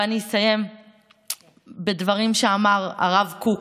ואני אסיים בדברים שאמר הרב קוק,